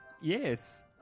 Yes